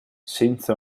senza